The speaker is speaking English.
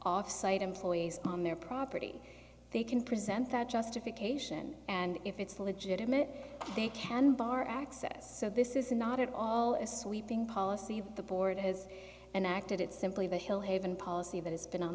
offsite employees on their property they can present that justification and if it's legitimate they can bar access so this is not at all is sweeping policy the board has and acted it's simply the hill haven policy that has been on